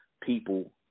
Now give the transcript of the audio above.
people